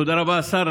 תודה רבה, השר.